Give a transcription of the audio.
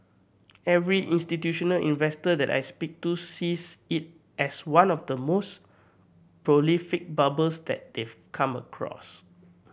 every institutional investor that I speak to sees it as one of the most prolific bubbles that they've come across